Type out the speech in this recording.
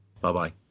bye-bye